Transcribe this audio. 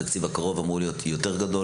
כשאתה אומר "משרד הבריאות",